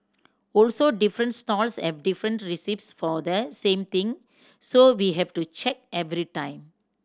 also different stalls have different recipes for the same thing so we have to check every time